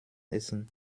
essen